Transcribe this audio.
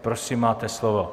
Prosím, máte slovo.